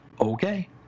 okay